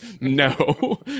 No